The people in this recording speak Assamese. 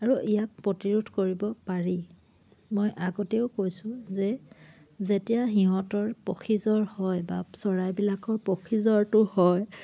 আৰু ইয়াক প্ৰতিৰোধ কৰিব পাৰি মই আগতেও কৈছোঁ যে যেতিয়া সিহঁতৰ পক্ষীজ্বৰ হয় বা চৰাইবিলাকৰ পক্ষীজ্বৰটো হয়